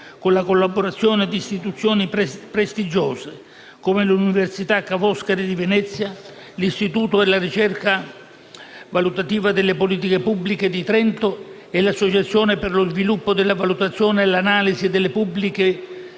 con la collaborazione di istituzioni prestigiose come l'Università Ca' Foscari di Venezia, l'Istituto per la ricerca valutativa sulle politiche pubbliche di Trento e l'Associazione per lo sviluppo della valutazione e l'analisi delle politiche